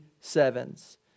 sevens